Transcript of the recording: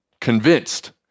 convinced